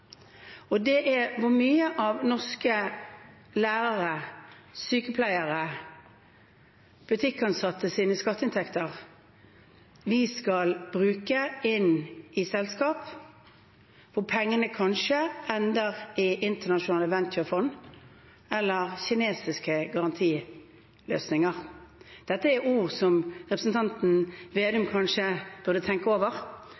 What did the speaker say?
Det er hvor mye av skatteinntektene fra norske lærere, sykepleiere og butikkansatte vi skal bruke inn i selskap der pengene kanskje ender i internasjonale venturefond eller kinesiske garantiløsninger. Dette er ord som representanten Vedum kanskje burde tenke over